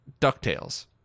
DuckTales